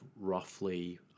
roughly